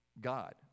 God